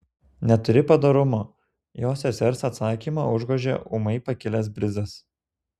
neturi padorumo jo sesers atsakymą užgožė ūmai pakilęs brizas